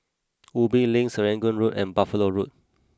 Ubi Link Serangoon Road and Buffalo Road